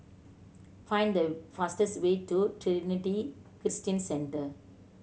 find the fastest way to Trinity Christian Centre